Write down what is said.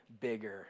bigger